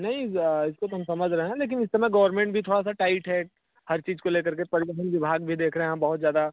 नहीं इसको तो हम समझ रहे हैं लेकिन इस समय गवर्नमेंट भी थोड़ा सा टाइट है हर चीज़ को ले कर के परिवहन विभाग भी देख रहे हैं बहुत ज़्यादा